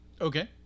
Okay